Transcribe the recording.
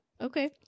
Okay